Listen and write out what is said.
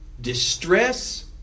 distress